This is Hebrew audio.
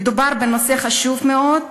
מדובר בנושא חשוב מאוד,